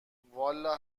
والا